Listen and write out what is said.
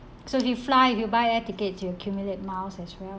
so they fly you will buy air ticket you will accumulate miles as well